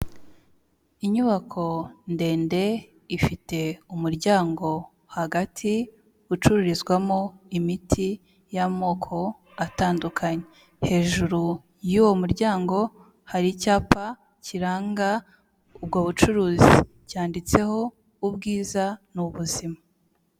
Inyubako ndende, ifite umuryango hagati ucururizwamo imiti y'amoko atandukanye, hejuru y'uwo muryango, hari icyapa kiranga ubwo bucuruzi cyanditseho, "Ubwiza n'Ubuzima".